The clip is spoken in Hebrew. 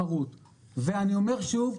ואני אומר שוב,